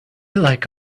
like